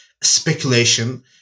speculation